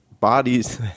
bodies